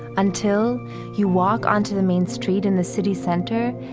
until you walk onto the main street in the city center,